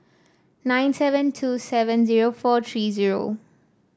nine seven two seven zero four three zero